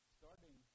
starting